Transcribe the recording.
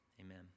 Amen